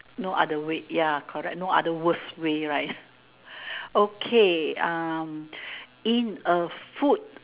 no other way ya correct no other worst way right okay um in a food